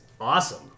awesome